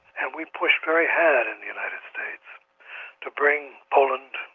and we pushed very hard in the united states to bring poland,